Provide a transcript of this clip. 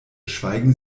schweigen